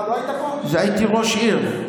הייתי ראש עיר.